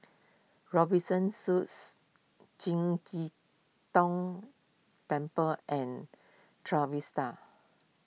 Robinson Suites Qing De Dong Temple and Trevista